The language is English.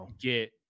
get